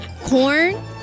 corn